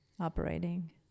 operating